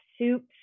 soups